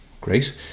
Great